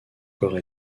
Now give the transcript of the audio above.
corps